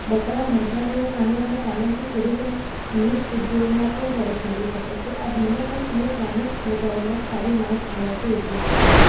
બકરા મરઘાં જેવા પ્રાણીઓના પાલનથી ખેડૂતો મીટ ઉધ્યોગમાં પણ ભવિષ્ય મેળવી શકે છે આ વીમોહન અને સ્થાનિક બજારોમાં સારી માંગ ધરાવતો ઉદ્યોગ છે